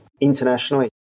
internationally